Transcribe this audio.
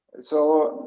so,